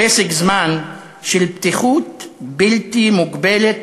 פסק זמן של פתיחות בלתי מוגבלת,